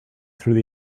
through